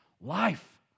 life